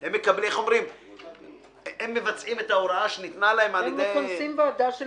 הם מבצעים את ההוראה שניתנה להם על ידי --- הם מכנסים ועדה של